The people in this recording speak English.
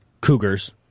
Cougars